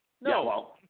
No